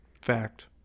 fact